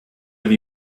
have